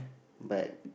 but